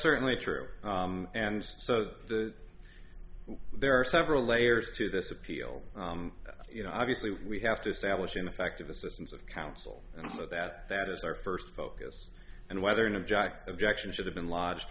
certainly true and so there are several layers to this appeal you know obviously we have to establish ineffective assistance of counsel that that is our first focus and whether or not jack objection should have been lodged